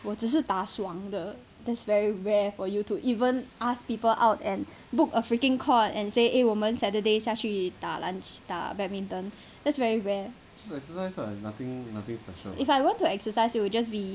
我只是打爽的 that very rare for you to even ask people out and book a freaking court and say eh 我们 saturdays 下去打篮球打 badminton that's very rare if I want to exercise it will just be